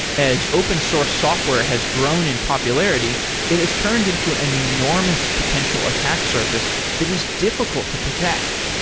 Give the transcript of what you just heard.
as open source software has grown in popularity it has turned into an enormous potential attack surface that is difficult to protect.